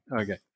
Okay